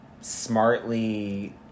smartly